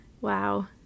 Wow